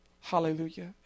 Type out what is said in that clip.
Hallelujah